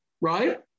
right